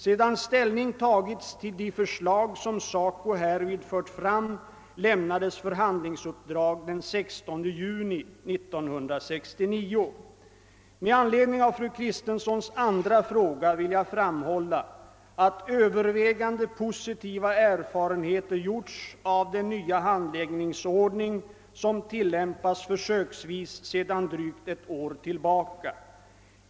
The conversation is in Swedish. Sedan ställning tagits till de förslag som SACO härvid fört fram lämnades förhandlingsuppdraget den 16 juni 1969. Med anledning av fru Kristenssons andra fråga vill jag framhålla att övervägande positiva erfarenheter gjorts av den nya handläggningsordning som tilllämpas försöksvis sedan drygt ett år tillbaka.